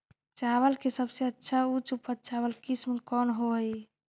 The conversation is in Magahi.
चावल के सबसे अच्छा उच्च उपज चावल किस्म कौन होव हई?